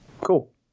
Cool